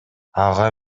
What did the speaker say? ага